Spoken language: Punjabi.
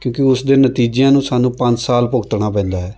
ਕਿਉਂਕਿ ਉਸ ਦੇ ਨਤੀਜਿਆਂ ਨੂੰ ਸਾਨੂੰ ਪੰਜ ਸਾਲ ਭੁਗਤਣਾ ਪੈਂਦਾ ਹੈ